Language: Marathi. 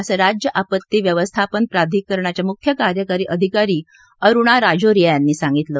असं राज्य आपत्ती व्यवस्थापन प्रधिकरणाचे मुख्य कार्यकारी अधिकारी अरुणा राजोरिया यांनी सांगितलं